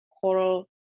coral